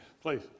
Please